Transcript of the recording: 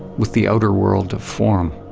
with the outer world of form.